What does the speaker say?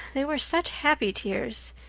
they were such happy tears.